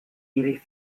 ili